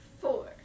Four